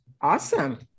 awesome